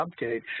update